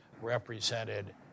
represented